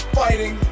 fighting